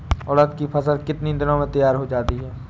उड़द की फसल कितनी दिनों में तैयार हो जाती है?